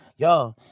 Yo